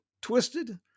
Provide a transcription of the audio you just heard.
twisted